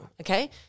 okay